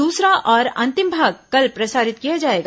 दूसरा और अंतिम भाग कल प्रसारित किया जाएगा